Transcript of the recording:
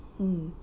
hmm